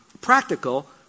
practical